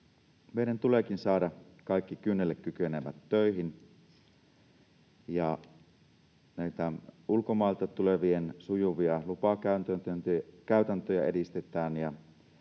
Meidän tuleekin saada kaikki kynnelle kykenevät töihin. Näitä ulkomailta tulevien sujuvia lupakäytäntöjä edistetään